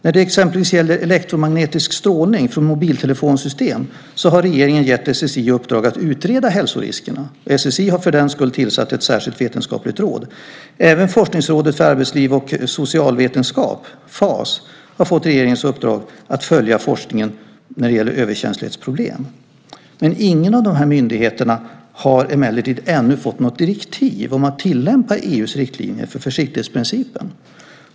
När det till exempel gäller elektromagnetisk strålning från mobiltelefonsystem har regeringen gett SSI i uppdrag att utreda hälsoriskerna. SSI har för den skull tillsatt ett särskilt vetenskapligt råd. Även Forskningsrådet för arbetsliv och socialvetenskap, FAS, har fått regeringens uppdrag att följa forskningen när det gäller överkänslighetsproblem. Men ingen av de här myndigheterna har emellertid ännu fått något direktiv om att tillämpa EU:s riktlinjer för försiktighetsprincipen.